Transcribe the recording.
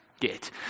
get